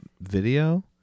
video